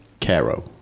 Caro